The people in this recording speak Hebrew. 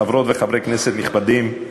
חברות וחברי כנסת נכבדים,